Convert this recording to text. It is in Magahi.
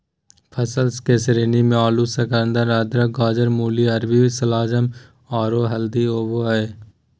फसल के श्रेणी मे आलू, शकरकंद, अदरक, गाजर, मूली, अरबी, शलजम, आरो हल्दी आबो हय